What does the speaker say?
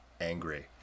angry